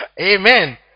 Amen